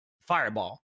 Fireball